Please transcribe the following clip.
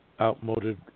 outmoded